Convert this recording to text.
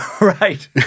Right